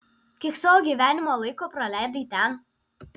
kiek savo gyvenimo laiko praleidai ten